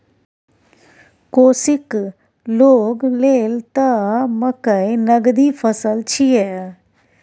कोशीक लोग लेल त मकई नगदी फसल छियै